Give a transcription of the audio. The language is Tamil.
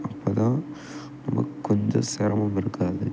அப்போ தான் நமக்கு கொஞ்சம் சிரமம் இருக்காது